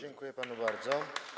Dziękuję panu bardzo.